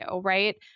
right